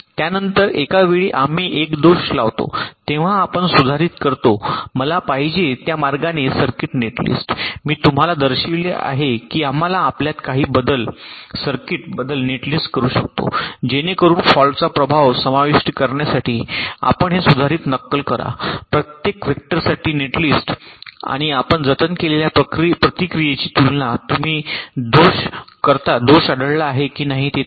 त्यानंतर एका वेळी आम्ही एक दोष लावतो तेव्हा आपण सुधारित करतो मला पाहिजे त्या मार्गाने सर्किट नेटलिस्ट मी तुम्हाला दर्शविले आहे की आम्ही आपल्यात काही बदल सर्किट नेटलिस्ट करु शकतो जेणेकरून फॉल्टचा प्रभाव समाविष्ट करण्यासाठी आपण हे सुधारित नक्कल करा प्रत्येक वेक्टरसाठी नेटलिस्ट आणि आपण जतन केलेल्या प्रतिक्रियेची तुलना तुम्ही करता दोष आढळला आहे की नाही ते तपासा